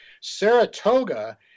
Saratoga